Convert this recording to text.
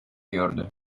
gördü